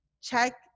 check